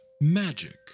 Magic